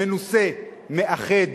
מנוסה, מאחד.